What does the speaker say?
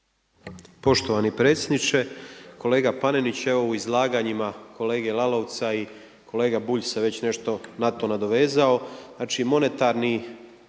Poštovani predsjedniče. Kolega Panenić, evo u izlaganjima kolege Lalovca i kolega Bulj se nešto na to nadovezao,